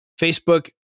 Facebook